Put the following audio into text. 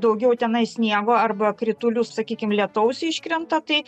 daugiau tenai sniego arba kritulių sakykim lietaus iškrenta tai